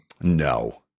No